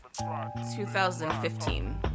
2015